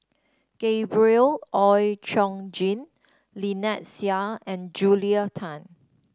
Gabriel Oon Chong Jin Lynnette Seah and Julia Tan